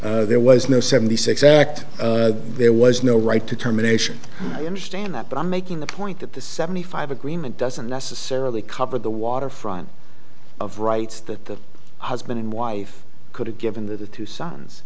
terminations there was no seventy six act there was no right to terminations i understand that but i'm making the point that the seventy five agreement doesn't necessarily cover the waterfront of rights that the husband and wife could have given that the two sons